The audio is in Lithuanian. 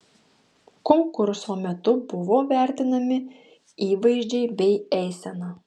konkurso metu buvo vertinami įvaizdžiai bei eisena